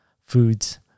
foods